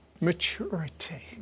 Maturity